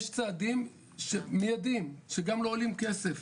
יש צעדים מידיים שגם לא עולים כסף,